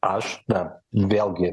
aš na vėlgi